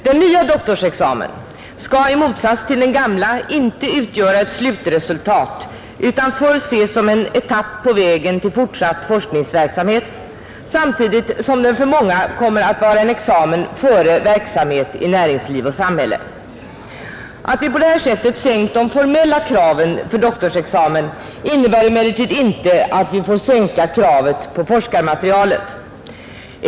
Den nya doktorsexamen skall i motsats till den gamla inte utgöra ett slutresultat utan får ses som en etapp på vägen till fortsatt forskningsverksamhet samtidigt som den för många kommer att vara en examen före verksamhet i näringsliv och samhälle. Att vi på detta sätt sänkt de formella kraven för doktorsexamen innebär emellertid inte att vi får sänka kravet på forskarmaterialet.